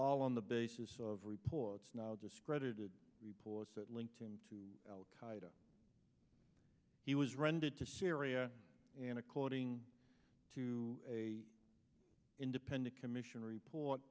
all on the basis of reports now discredited reports that linked him to al qaida he was rendered to syria and according to a independent commission report